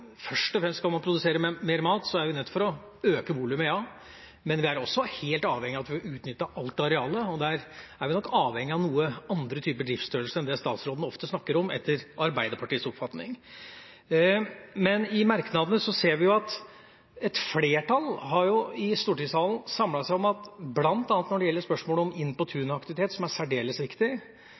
Først og fremst skal man produsere mer mat, da er man nødt til å øke volumet, men vi er også helt avhengig av å utnytte alt areal, og der er vi nok – etter Arbeiderpartiets oppfatning – avhengig av noen andre typer driftsstørrelse enn det statsråden ofte snakker om. Men i merknadene ser vi at bl.a. når det gjelder Inn på tunet-aktivitet, som er særdeles viktig, oppfatter et flertall i stortingssalen regjeringa å være for defensiv – og også når det gjelder spørsmålet om